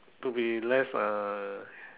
to be less uh